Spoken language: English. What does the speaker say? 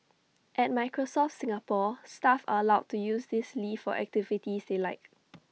at Microsoft Singapore staff are allowed to use this leave for activities they like